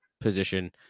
position